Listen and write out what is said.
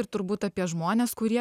ir turbūt apie žmones kurie